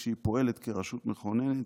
שהיא פועלת כרשות מכוננת,